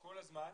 כל הזמן.